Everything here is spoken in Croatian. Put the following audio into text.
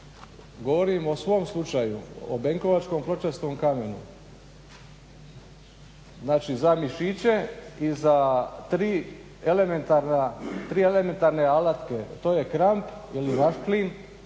govorim o svom slučaju, o benkovačkom pločastom kamenu, znači za mišiće i za tri elementarne alatke, to je kramp ili vašklin,